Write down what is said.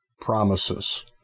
promises